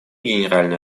генеральная